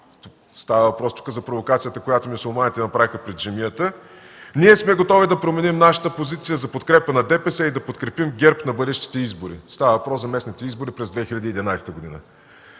става въпрос за провокацията, която мюсюлманите направиха пред джамията) ние сме готови да промени нашата позиция за подкрепа на ДПС и да подкрепим ГЕРБ на бъдещите избори.” Става въпрос за местните избори през 2011 г.